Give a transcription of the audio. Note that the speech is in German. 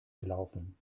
gelaufen